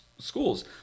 schools